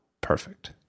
perfect